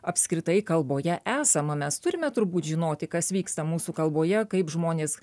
apskritai kalboje esama mes turime turbūt žinoti kas vyksta mūsų kalboje kaip žmonės